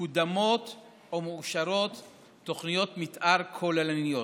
מקודמות או מאושרות תוכניות מתאר כוללניות.